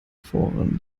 foren